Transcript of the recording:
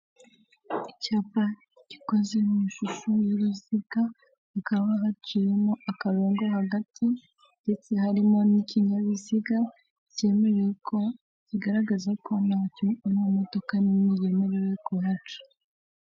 Icyapa gikoze mu ishusho y'uruziga hakaba haciyemo akarongo hagati ndetse harimo n'ikinyabiziga kigaragaza ko ntamodoka nimwe yemerewe kuhaca.